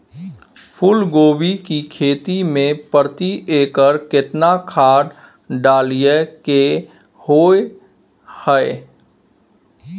फूलकोबी की खेती मे प्रति एकर केतना खाद डालय के होय हय?